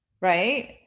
Right